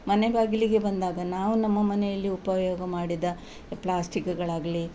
ಮನೆ ಬಾಗಿಲಿಗೆ ಬಂದಾಗ ನಾವು ನಮ್ಮ ಮನೆಯಲ್ಲಿ ಉಪಯೋಗ ಮಾಡಿದ ಪ್ಲಾಸ್ಟಿಕ್ಗಳಾಗಲಿ